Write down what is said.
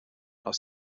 aus